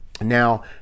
Now